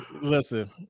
Listen